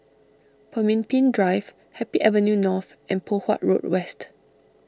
Pemimpin Drive Happy Avenue North and Poh Huat Road West